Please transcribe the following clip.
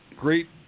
great